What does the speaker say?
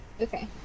Okay